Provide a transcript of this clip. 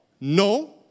no